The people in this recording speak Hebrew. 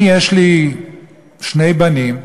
אני, יש לי שני בנים,